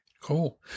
Cool